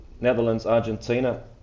Netherlands-Argentina